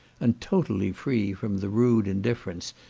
and totally free from the rude indifference,